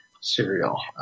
cereal